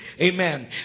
Amen